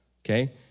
Okay